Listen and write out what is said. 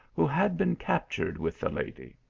who had been captured with the lady.